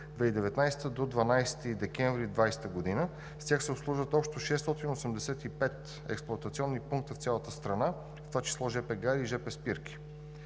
2019 г. до 12 декември 2020 г. С тях се обслужват общо 685 експлоатационни пункта в цялата страна – в това число жп гари и жп спирки.